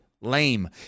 lame